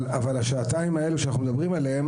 אבל השעתיים שאנחנו מדברים עליהם